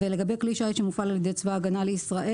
לגבי כלי שיט שמופעל על ידי צבא הגנה לישראל,